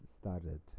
started